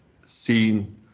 seen